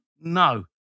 No